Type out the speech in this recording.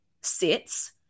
sits